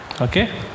okay